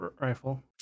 Rifle